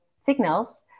signals